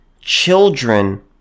children